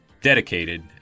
dedicated